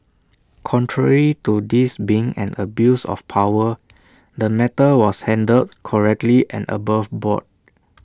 contrary to this being an abuse of power the matter was handled correctly and above board